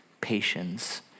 Patience